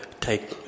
take